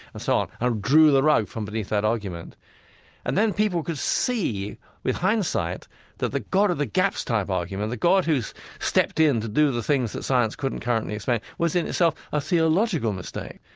and so on, and ah drew the rug from beneath that argument and then people could see with hindsight that the god of the gaps type argument, the god who's stepped in to do the things that science couldn't currently explain was in itself a theological mistake.